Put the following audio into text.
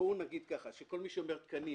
בואו נגיד כך: כל מי שמדבר על תקנים